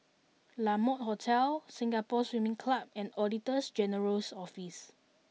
La Mode Hotel Singapore Swimming Club and Auditor General's Office